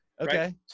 Okay